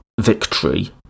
victory